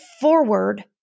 forward